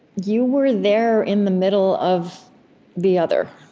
you were there in the middle of the other.